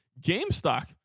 GameStop